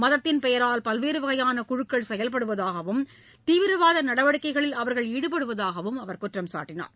மதத்தின் பெயரால் பல்வேறு வகையான குழுக்கள் செயல்படுவதாகவும் தீவிரவாத நடவடிக்கைகளில் அவர்கள் ஈடுபடுவதாகவும் அவர் குறிப்பிட்டார்